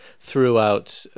throughout